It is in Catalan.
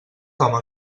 home